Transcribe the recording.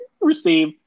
Receive